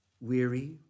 weary